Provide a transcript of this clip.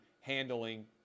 handling